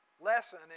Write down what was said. lesson